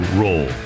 roll